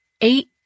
eight